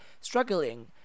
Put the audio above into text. struggling